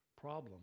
problem